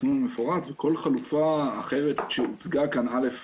לתכנון המפורט וכל חלופה אחרת שהוצגה כאן א.